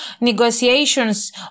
negotiations